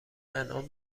انعام